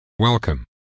Welcome